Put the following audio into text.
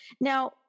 Now